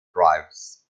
drives